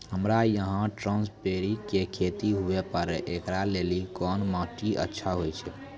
हमरा यहाँ स्ट्राबेरी के खेती हुए पारे, इकरा लेली कोन माटी अच्छा होय छै?